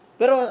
pero